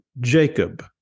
Jacob